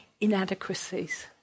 inadequacies